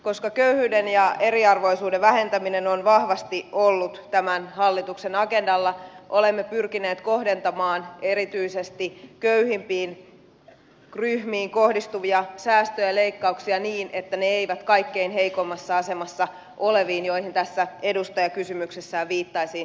koska köyhyyden ja eriarvoisuuden vähentäminen on vahvasti ollut tämän hallituksen agendalla olemme pyrkineet kohdentamaan erityisesti köyhimpiin ryhmiin kohdistuvia säästöjä ja leikkauksia niin että ne eivät kaikkein heikoimmassa asemassa oleviin joihin tässä edustaja kysymyksessään viittasi kohdistu